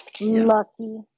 Lucky